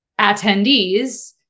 attendees